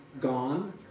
Gone